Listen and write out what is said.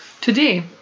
today